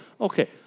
Okay